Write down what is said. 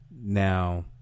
now